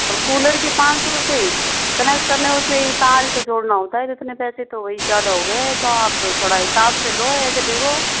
और कूलर के पाँच सौ रुपए कनेक्ट करना है उसे तार ही तो जोड़ना होता है इतने पैसे तो भाई ज़्यादा हो गए ये तो आप थोड़ा हिसाब से लो ऐसे देखो